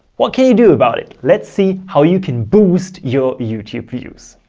what can you do about it? let's see how you can boost your youtube views.